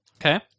Okay